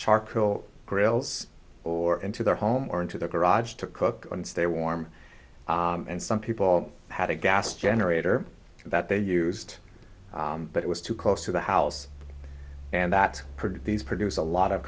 charcoal grills or into their home or into the garage to cook and stay warm and some people had a gas generator that they used but it was too close to the house and that produced produce a lot of